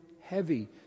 heavy